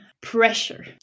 pressure